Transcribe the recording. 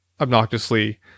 obnoxiously